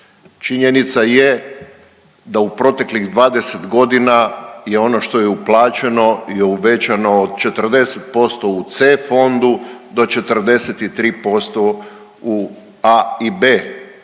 Činjenica je da u proteklih 20 godina je ono što je uplaćeno je uvećano od 40% u C fondu do 43% u A i B